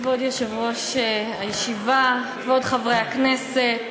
כבוד יושב-ראש הישיבה, כבוד חברי הכנסת,